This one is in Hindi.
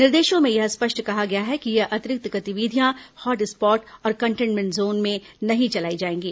निर्देशों में यह स्पष्ट कहा गया है कि ये अतिरिक्त गतिविधियां हॉट स्पॉट और कंटेन्मेंट जोन में नहीं चलाई जाएंगी